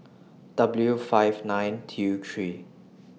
W five nine T U three